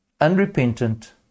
unrepentant